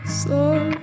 slow